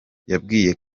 yababwiye